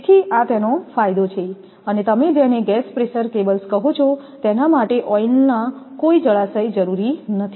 તેથી આ તેનો ફાયદો છે અને તમે જેને ગેસ પ્રેશર કેબલ્સ કહો છો તેના માટે ઓઇલનો કોઈ જળાશય જરૂરી નથી